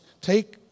Take